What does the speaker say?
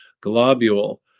globule